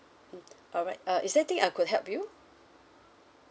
mm alright uh is there anything I could help you